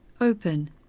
Open